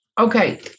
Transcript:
Okay